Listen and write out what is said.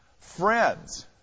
friends